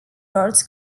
lords